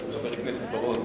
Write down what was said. חבר הכנסת בר-און,